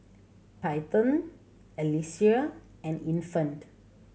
Peyton Alesia and Infant